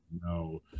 No